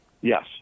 Yes